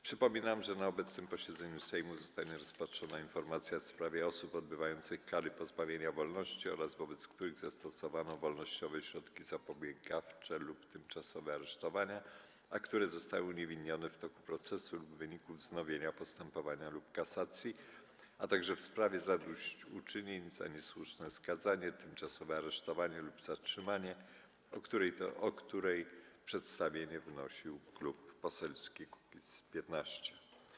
Przypominam, że na obecnym posiedzeniu Sejmu zostanie rozpatrzona informacja w sprawie osób odbywających kary pozbawienia wolności oraz wobec których zastosowano wolnościowe środki zapobiegawcze lub tymczasowe aresztowania, a które zostały uniewinnione w toku procesu lub w wyniku wznowienia postępowania lub kasacji, a także w sprawie zadośćuczynień za niesłuszne skazanie, tymczasowe aresztowanie lub zatrzymanie, o której przedstawienie wnosił Klub Poselski Kukiz’15.